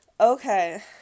okay